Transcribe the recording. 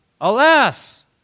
Alas